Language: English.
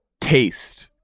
taste